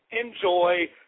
enjoy